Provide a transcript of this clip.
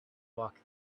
walk